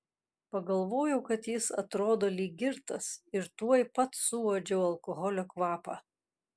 pagalvojau kad jis atrodo lyg girtas ir tuoj pat suuodžiau alkoholio kvapą